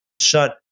shut